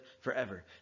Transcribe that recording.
forever